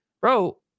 bro